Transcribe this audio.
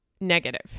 negative